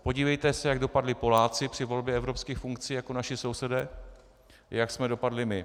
Podívejte se, jak dopadli Poláci při volbě evropských funkcí jako naši sousedé a jak jsme dopadli my.